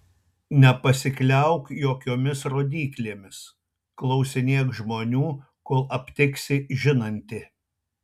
nepasikliauk jokiomis rodyklėmis klausinėk žmonių kol aptiksi žinantį